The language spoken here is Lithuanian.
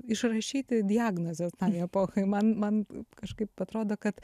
išrašyti diagnozės tai epochai man man kažkaip atrodo kad